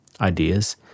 ideas